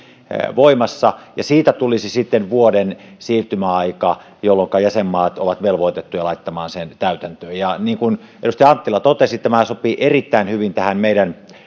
voimassa siitä tulisi sitten vuoden siirtymäaika jolloinka jäsenmaat ovat velvoitettuja laittamaan sen täytäntöön ja niin kuin edustaja anttila totesi tämä sopii erittäin hyvin tähän meidän